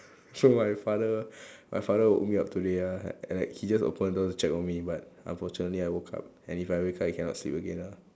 so my father my father woke me up today ah and like he just open the door to check on me but unfortunately I woke up and if I wake up I cannot sleep again ah